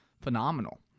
phenomenal